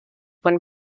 when